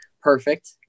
perfect